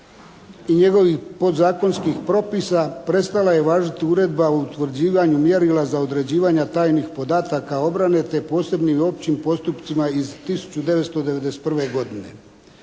i njegovih podzakonskih propisa prestala je važiti Uredba o utvrđivanju mjerila za određivanje tajnih podataka obrane te posebnim općim postupcima iz 1991. godine.